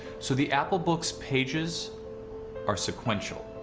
so the apple book's pages are sequential.